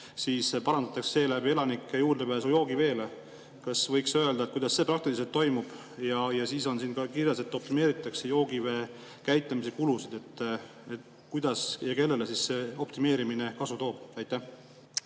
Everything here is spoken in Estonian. siis parandatakse seeläbi elanike juurdepääsu joogiveele. Kas võiks öelda, kuidas see praktiliselt toimub? Ja siis on siin ka kirjas, et optimeeritakse joogivee käitlemise kulusid. Kuidas ja kellele see optimeerimine kasu toob? Aitäh,